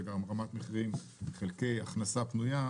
זה גם רמת מחירים חלקי הכנסה פנויה,